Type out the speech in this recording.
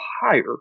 higher